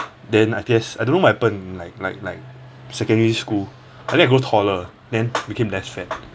then I guess I don't know what happen like like like secondary school I think I grow taller then became less fat